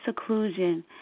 seclusion